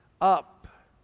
up